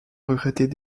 regrettait